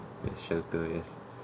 shelter yes